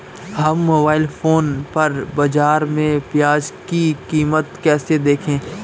हम mobile phone पर बाज़ार में प्याज़ की कीमत कैसे देखें?